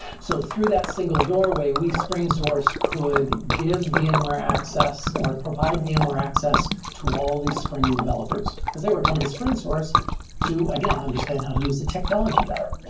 so through that single doorway, we, springsource, could give vmware access or provide vmware access to all these spring developers, because they were coming to springsource to, again, understand how to use the technology better.